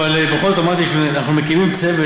בכל זאת אמרתי שאנחנו מקימים צוות